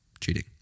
cheating